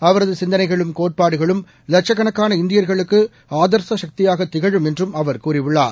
அவரது சிந்தளைகளும் கோட்பாடுகளும் லட்சக்கணக்காள இந்தியர்களுக்கு ஆதர்ச சக்தியாக திகழும் என்றும் அவர் கூறியுள்ளார்